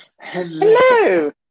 hello